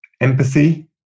empathy